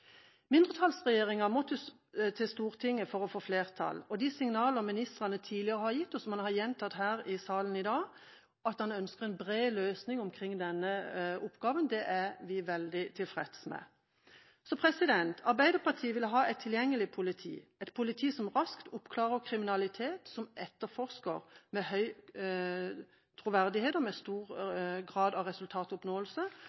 Mindretallsregjeringa må til Stortinget for å få flertall. De signaler ministeren har gitt tidligere – og som han har gjentatt her i salen i dag – at han ønsker en bred enighet om løsningen av denne oppgaven, er vi veldig tilfreds med. Arbeiderpartiet vil ha et tilgjengelig politi, et politi som raskt oppklarer kriminalitet, som etterforsker med høy troverdighet og med stor